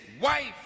wife